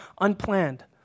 unplanned